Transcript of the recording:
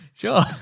Sure